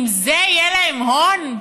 עם זה יהיה להם הון?